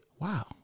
Wow